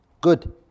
Good